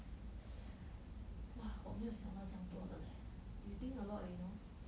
!wah! 我没有想到这样多的 leh you think a lot you know